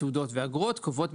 תעודות ואגרות) קובעות,